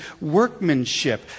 workmanship